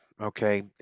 okay